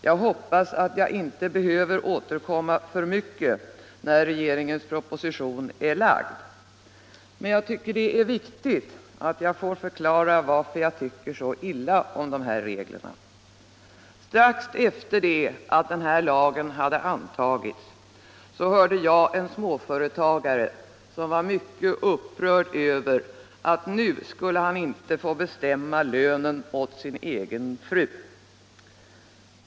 Jag hoppas att jag inte behöver återkomma för mycket, när regeringspropositionen är lagd. Det är emellertid viktigt att jag får förklara varför jag tycker så illa om dessa regler. Strax efter det att denna lag hade antagits hörde jag en småföretagare, som var mycket upprörd över att han nu inte skulle få bestämma lönen åt sin egen fru.